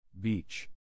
Beach